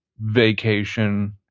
vacation